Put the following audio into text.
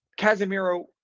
Casemiro